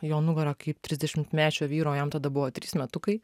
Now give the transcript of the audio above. jo nugara kaip trisdešimtmečio vyro o jam tada buvo trys metukai